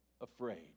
afraid